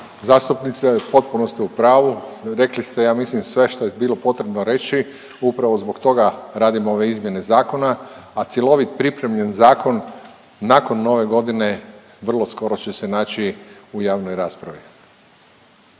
zastupnice potpuno ste u pravu, rekli ste ja mislim sve što je bilo potrebno reći. Upravo zbog toga radimo ove izmjene zakona, a cjelovit pripremljen zakon nakon Nove godine vrlo skoro će se naći u javnoj raspravi.